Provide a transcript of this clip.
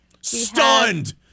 Stunned